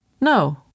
No